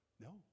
No